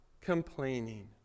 complaining